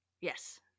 yes